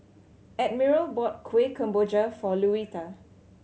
Admiral bought Kuih Kemboja for Louetta